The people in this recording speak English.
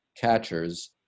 catchers